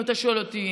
אם אתה שואל אותי,